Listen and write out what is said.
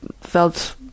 felt